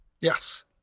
Yes